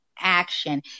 action